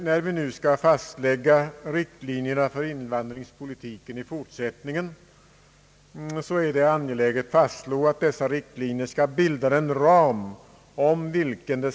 När vi nu skall fastlägga riktlinjerna för invandringspolitiken i fortsättningen, är det angeläget att fastslå att dessa riktlinjer skall bilda den ram inom vilken Ang.